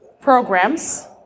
programs